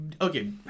okay